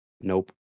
Nope